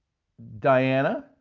diana,